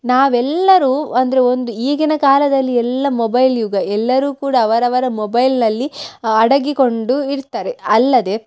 ನಾವೆಲ್ಲರೂ ಅಂದರೆ ಒಂದು ಈಗಿನ ಕಾಲದಲ್ಲಿ ಎಲ್ಲ ಮೊಬೈಲ್ ಯುಗ ಎಲ್ಲರೂ ಕೂಡ ಅವರವರ ಮೊಬೈಲ್ನಲ್ಲಿ ಅಡಗಿಕೊಂಡು ಇರ್ತಾರೆ ಅಲ್ಲದೆ